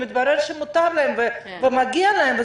מתברר שמותר להם ומגיע להם.